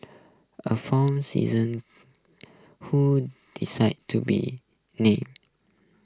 a former season who decide to be named